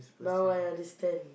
now I understand